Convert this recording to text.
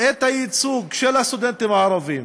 את הייצוג של הסטודנטים הערבים